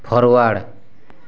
forward